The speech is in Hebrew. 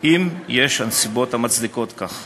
אם יש נסיבות המצדיקות זאת.